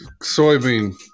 Soybean